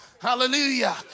hallelujah